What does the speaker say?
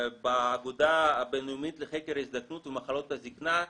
בעבודה הבינלאומית לחקר ההזדקנות ומחלות הזקנה,